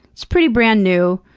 it's pretty brand-new,